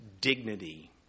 dignity